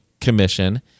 commission